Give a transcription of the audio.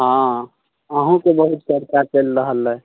हँ अहुँके बहुत चर्चा चलि रहल अइ